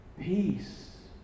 peace